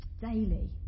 daily